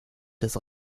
des